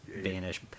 vanish